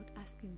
asking